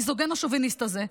המיזוגן השוביניסט הזה,